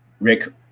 Rick